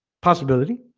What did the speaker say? possibility